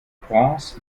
prince